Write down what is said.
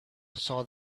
saw